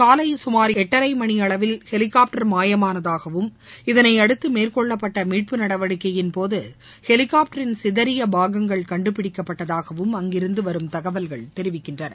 கூலை சுமார் எட்டரை மணி அளவில் ஹெலிகாப்டர் மாயமானதாகவும் இன்று இதனையடுத்து மமேற்கொள்ளப்பட்ட மீட்பு நடவடிக்கையின் போது மஹெலிகாப்டரின் சிதநிய பாகங்கள் கண்டுபிடிக்கப்பட்டதாகவும் அங்கிருந்து வரும் தகவல்கள் தெரிவிக்கின்றன